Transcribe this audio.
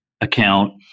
account